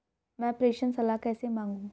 मैं प्रेषण सलाह कैसे मांगूं?